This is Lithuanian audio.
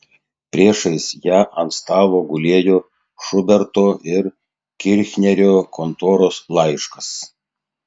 priešais ją ant stalo gulėjo šuberto ir kirchnerio kontoros laiškas